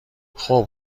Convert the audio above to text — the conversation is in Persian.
خوب